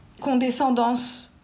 condescendance